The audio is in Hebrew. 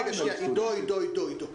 רגע, עידו, מה זה אוכלוסייה קטנה?